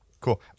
Cool